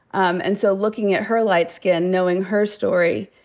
um and so looking at her light skin, knowing her story,